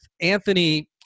Anthony